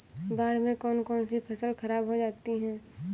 बाढ़ से कौन कौन सी फसल खराब हो जाती है?